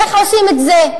איך עושים את זה?